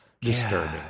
disturbing